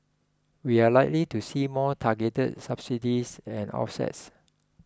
we are likely to see more targeted subsidies and offsets